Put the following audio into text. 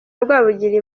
rwabugili